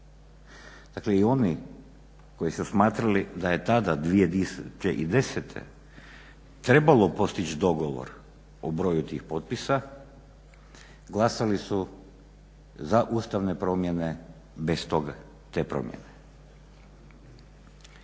Dakle i oni koji su smatrali da je tada 2010. trebalo postići dogovor o broju tih potpisa. Glasali su za ustavne promjene bez toga te promjene.